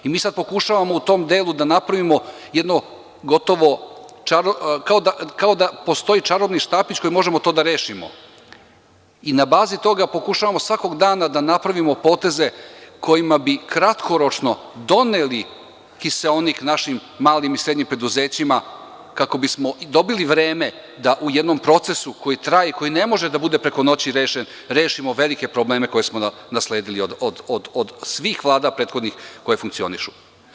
Mi sada pokušavamo u tom delu da napravimo kao da postoji čarobni štapić kojim možemo to da rešimo i na bazi toga pokušavamo svakog dana da napravimo poteze kojima bi kratkoročno doneli kiseonik našim malim i srednjim preduzećima kako bismo dobili vreme da u jednom procesu koji traje i koji ne može da bude preko noći rešen, rešimo velike probleme koje smo nasledili od svih prethodnih vlada koje funkcionišu.